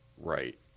right